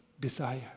Desire